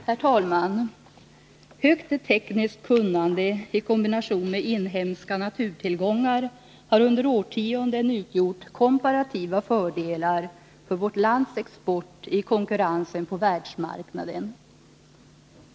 Herr talman! Högt tekniskt kunnande i kombination med inhemska naturtillgångar har under årtionden utgjort komparativa fördelar för vårt lands export i konkurrensen på världsmarknaden.